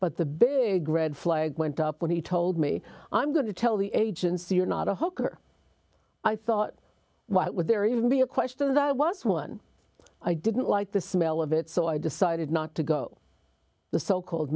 but the big red flag went up when he told me i'm going to tell the agency you're not a hooker i thought why would there even be a question that was one i didn't like the smell of it so i decided not to go the so called